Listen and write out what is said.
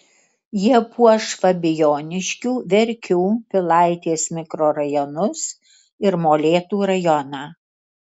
jie puoš fabijoniškių verkių pilaitės mikrorajonus ir molėtų rajoną